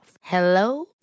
Hello